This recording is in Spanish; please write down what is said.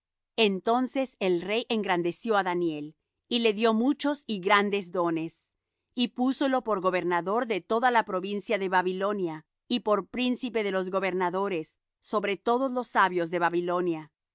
entonces el rey engrandeció á daniel y le dió muchos y grandes dones y púsolo por gobernador de toda la provincia de babilonia y por príncipe de los gobernadores sobre todos los sabios de babilonia